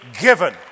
given